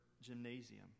gymnasium